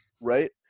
right